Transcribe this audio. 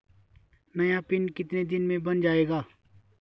नया पिन कितने दिन में बन जायेगा?